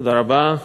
תודה רבה.